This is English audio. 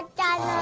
dad